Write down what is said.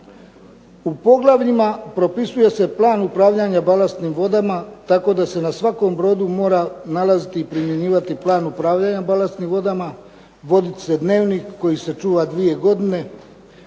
U poglavljima propisuje se plan upravljanja balastnim vodama tako da se na svakom brodu mora nalaziti i primjenjivati plan upravljanja balastnim vodama, voditi se dnevnik koji se čuva dvije godine.